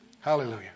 Hallelujah